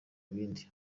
ibindi